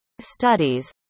studies